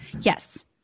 yes